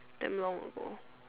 damn long ago